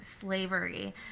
slavery